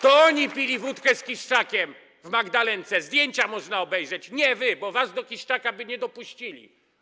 To oni pili wódkę z Kiszczakiem w Magdalence - zdjęcia można obejrzeć - nie wy, bo was do Kiszczaka by nie dopuścili.